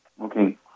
Okay